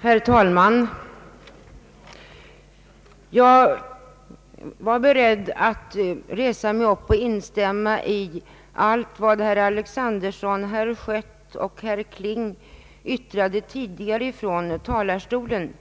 Herr talman! Jag var beredd att instämma i allt vad herrar Alexanderson, Schött och Kling yttrade från talarstolen,